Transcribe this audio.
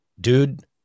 dude